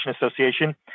Association